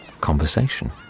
conversation